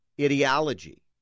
ideology